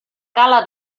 cala